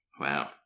Wow